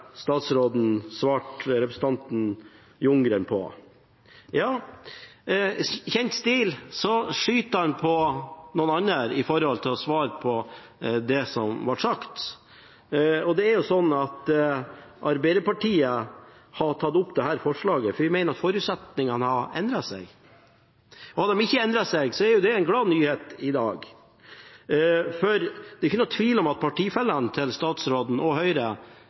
representanten Ljunggren: I kjent stil skyter han på noen andre i stedet for å svare på det som ble tatt opp. Arbeiderpartiet har tatt opp dette forslaget, for vi mener at forutsetningene har endret seg, men har de ikke endret seg, er det en gladnyhet i dag. Det er ingen tvil om at partifellene til statsråden og Høyre